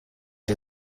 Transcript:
der